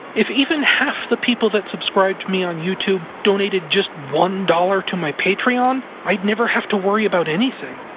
if even half the people that subscribe to me on youtube donated just one dollar to my patreon, i'd never have to worry about anything.